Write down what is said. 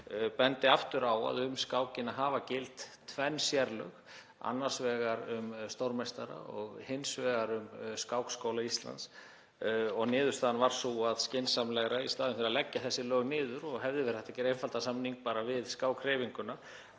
bendi aftur á að um skákina hafa gilt tvenn sérlög, annars vegar um stórmeistara og hins vegar um Skákskóla Íslands. Niðurstaðan varð sú að skynsamlegra — í staðinn fyrir að leggja þessi lög niður, og hefði verið hægt að gera einfaldan samning við skákhreyfinguna